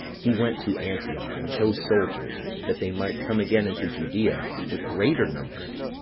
he went to antioch, and chose soldiers, that they might come again into judea with greater numbers.